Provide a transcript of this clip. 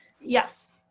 Yes